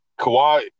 Kawhi